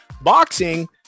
Boxing